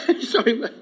Sorry